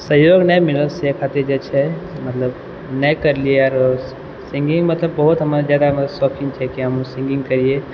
सहयोग नहि मिलल से खातिर जे छै मतलब नहि करलियै आओर सिंगिंग मतलब बहुत जादा हमर शौकिन छियै कि हमहूँ सिंगिंग करियै